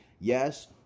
yes